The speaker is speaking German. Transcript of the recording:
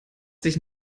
sich